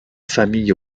famille